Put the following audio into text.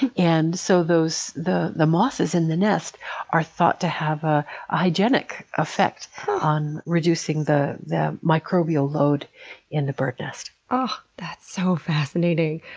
and so, the the mosses in the nest are thought to have a hygienic effect on reducing the the microbial load in the bird nest. oh, that's so fascinating.